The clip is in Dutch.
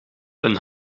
een